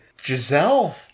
Giselle